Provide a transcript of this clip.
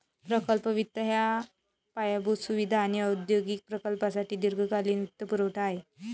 प्रकल्प वित्त हा पायाभूत सुविधा आणि औद्योगिक प्रकल्पांसाठी दीर्घकालीन वित्तपुरवठा आहे